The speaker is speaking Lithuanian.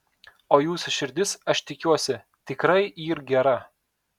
o jūsų širdis aš tikiuosi tikrai yr gera